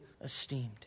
esteemed